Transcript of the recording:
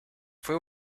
fue